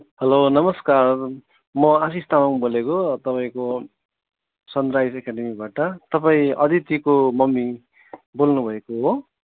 hello नमस्कार म आशिष् तामाङ बोलेको तपाईँको सनराइज एकाडेमीबाट तपाईँ अदितिको मम्मी बोल्नु भएको हो